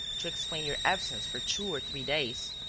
to explain your absence for two or three days.